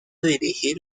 dirigir